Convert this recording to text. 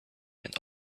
and